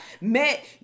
met